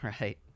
Right